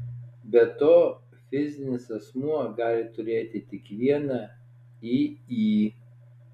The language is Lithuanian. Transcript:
be to fizinis asmuo gali turėti tik vieną iį